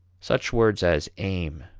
such words as aim,